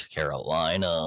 Carolina